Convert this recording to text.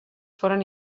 foren